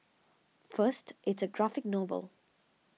first it's a graphic novel